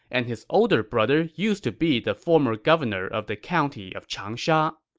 and his older brother used to be the former governor of the county of changsha.